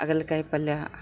ಹಾಗಲ್ಕಾಯ್ ಪಲ್ಯಾ